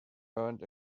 earned